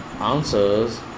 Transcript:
answers